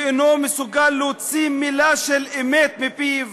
שאינו מסוגל להוציא מילה של אמת מפיו,